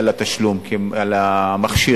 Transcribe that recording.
על התשלום על המכשיר,